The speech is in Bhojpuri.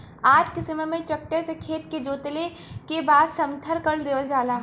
आज के समय में ट्रक्टर से खेत के जोतले के बाद समथर कर देवल जाला